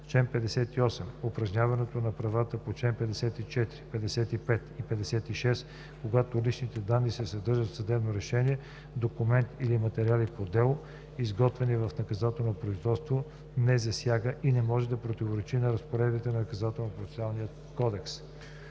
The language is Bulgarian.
Чл. 58. Упражняването на правата по чл. 54, 55 и 56, когато личните данни се съдържат в съдебно решение, документ или материали по дело, изготвени в наказателно производство, не засяга и не може да противоречи на разпоредбите на Наказателно-процесуалния